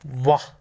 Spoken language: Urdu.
واہ